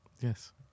Yes